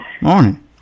Morning